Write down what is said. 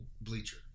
bleacher